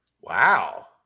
Wow